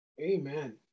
Amen